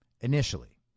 initially